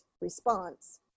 response